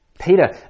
Peter